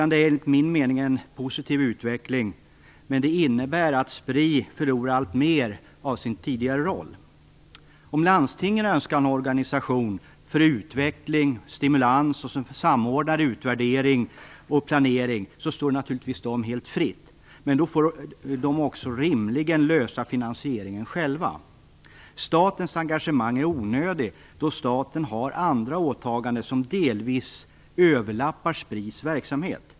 Det är, enligt min mening, en positiv utveckling, men det innebär att Spri förlorar alltmer av sin tidigare roll. Om landstingen önskar ha en organisation för utveckling och stimulans och som samordnar utvärdering och planering står det naturligtvis dem helt fritt, men då får de rimligen också lösa finansieringen själva. Statens engagemang är onödigt då staten har andra åtaganden som delvis överlappar Spris verksamhet.